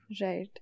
Right